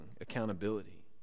accountability